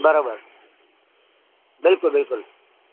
बराबरि बिल्कुलु बिल्कुलु